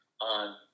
on